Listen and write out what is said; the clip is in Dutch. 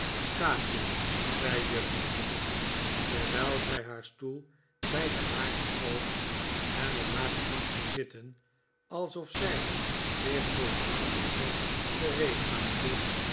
kaatje zei juffrouw nickleby terwijl zij haar stoel bij den haard schoof en op haar gemak ging zitten alsof zij zich voor een lang gesprek